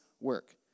work